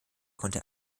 konnte